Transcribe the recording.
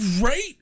Right